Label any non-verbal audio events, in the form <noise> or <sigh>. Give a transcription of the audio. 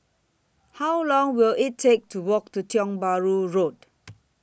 How Long Will IT Take to Walk to Tiong Bahru Road <noise>